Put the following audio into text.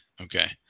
Okay